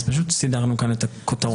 לכן סידרנו כאן את הכותרות.